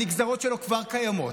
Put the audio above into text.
הנגזרות שלו כבר קיימות,